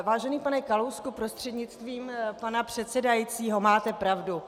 Vážený pane Kalousku prostřednictvím pana předsedajícího, máte pravdu.